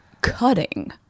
cutting